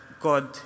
God